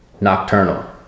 nocturnal